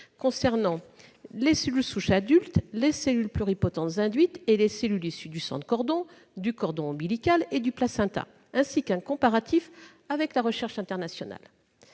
concernant les cellules souches adultes, les cellules pluripotentes induites et les cellules issues du sang de cordon, du cordon ombilical et du placenta, ainsi qu'un comparatif avec la recherche internationale.